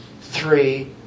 three